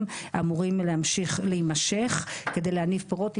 אמורים להמשיך להמשך כדי להניב פירות.